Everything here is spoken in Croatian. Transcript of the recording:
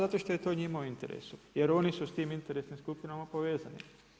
Zato što je to njima u interesu jer oni su s tim interesnim skupinama povezani.